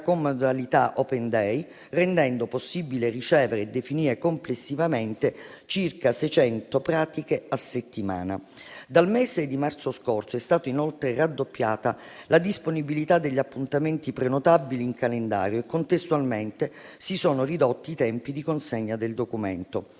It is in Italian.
con modalità *open day*, rendendo possibile ricevere e definire complessivamente circa 600 pratiche a settimana. Dal mese di marzo scorso è stata inoltre raddoppiata la disponibilità degli appuntamenti prenotabili in calendario e, contestualmente, si sono ridotti i tempi di consegna del documento.